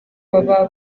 baba